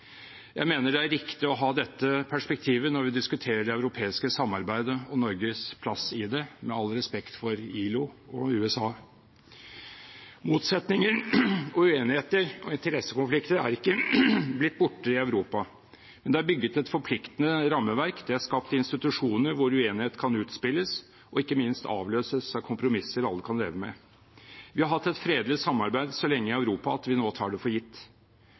Jeg mener det er riktig å ha dette perspektivet når vi diskuterer det europeiske samarbeidet og Norges plass i det, med all respekt for ILO og USA. Motsetninger, uenigheter og interessekonflikter i Europa er ikke blitt borte, men det er bygget et forpliktende rammeverk, det er skapt institusjoner hvor uenigheten kan utspilles, og ikke minst avløses av kompromisser alle kan leve med. Vi har hatt et fredelig samarbeid i Europa så lenge at vi nå tar det for gitt.